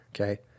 okay